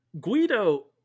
Guido